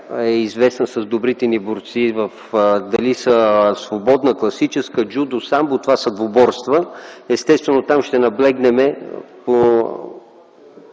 е известна с добрите ни борци – дали са свободна, класическа, джудо, самбо, това са двуборства. Естествено е там да наблегнем на